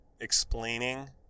explaining